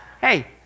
Hey